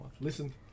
listen